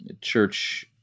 church